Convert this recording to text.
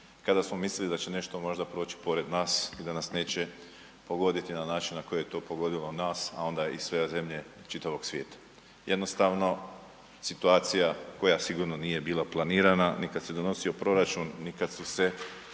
kada smo mislili da će nešto proći pored nas i da nas neće pogoditi na način na koji je to pogodilo nas, a onda i sve zemlje čitavog svijeta. Jednostavno, situacija koja sigurno nije bila planirana ni kad se donosio proračun ni kad su se